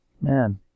man